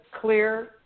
clear